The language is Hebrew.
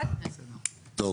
טוב